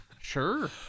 Sure